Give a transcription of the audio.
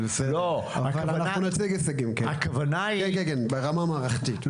כן, נציג הישגים ברמה המערכתית.